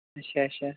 اچھا اچھا